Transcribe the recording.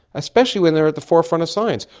especially when they are at the forefront of science.